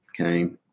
okay